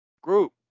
group